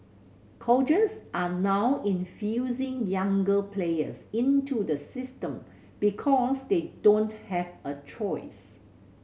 coaches are now infusing younger players into the system because they don't have a choice